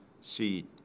seed